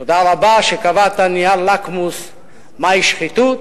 תודה רבה שקבעת נייר לקמוס מהי שחיתות.